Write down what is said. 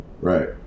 Right